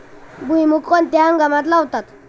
भुईमूग कोणत्या हंगामात लावतात?